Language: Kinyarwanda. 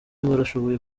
barashoboye